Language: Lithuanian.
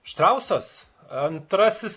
štrausas antrasis